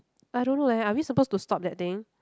I don't know leh are we supposed to stop that thing